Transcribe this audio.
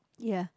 ya